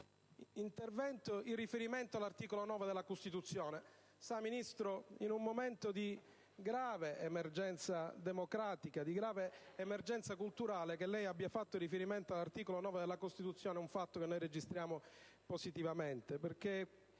intervento il riferimento all'articolo 9 della Costituzione. Sa, signor Ministro, in un momento di grave emergenza democratica, di grave emergenza culturale, che lei abbia fatto riferimento all'articolo 9 della Costituzione è un fatto che registriamo positivamente,